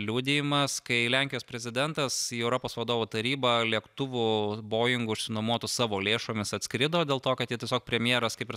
liudijimas kai lenkijos prezidentas į europos vadovų tarybą lėktuvu boingu išsinuomotu savo lėšomis atskrido dėl to kad jie tiesiog premjeras kaip ir